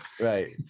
right